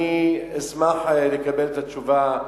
אני אשמח לקבל את התשובה,